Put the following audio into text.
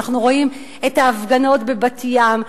אנחנו רואים את ההפגנות בבת-ים,